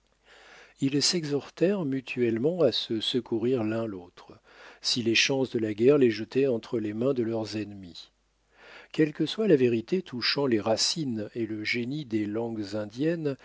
ils s'exhortèrent mutuellement à se secourir l'un l'autre si les chances de la guerre les jetaient entre les mains de leurs ennemis quelle que soit la vérité touchant les racines et le génie des langues indiennes